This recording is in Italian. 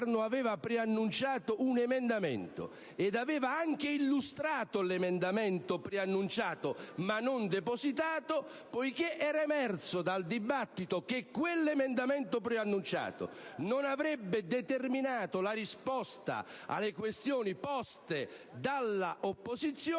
il Governo aveva preannunciato un emendamento e lo aveva anche illustrato, ma non depositato, poiché era emerso dal dibattito che quell'emendamento preannunciato non avrebbe determinato la risposta alle questioni poste dall'opposizione,